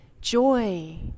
joy